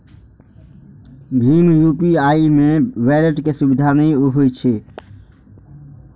भीम UPI मे wallet के सुविधा नै होइ छै